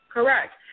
Correct